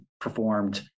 performed